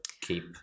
keep